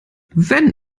wenn